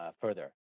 further